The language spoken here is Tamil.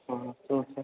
ஆமாம் சொல்லுங்கள் சார்